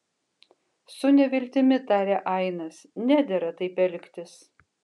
su neviltimi tarė ainas nedera taip elgtis